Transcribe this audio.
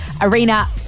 Arena